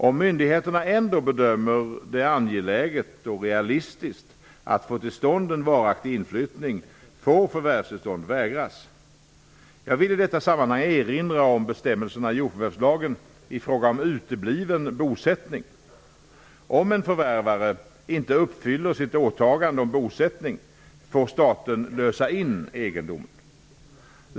Om myndigheterna ändå bedömer det angeläget och realistiskt att få till stånd en varaktig inflyttning, får förvärvstillstånd vägras. Jag vill i detta sammanhang erinra om bestämmelserna i jordförvärvslagen i fråga om utebliven bosättning. Om en förvärvare inte uppfyller sitt åtagande om bosättning, får staten lösa in egendomen.